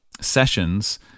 Sessions